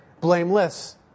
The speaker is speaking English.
blameless